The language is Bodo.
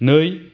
नै